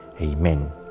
Amen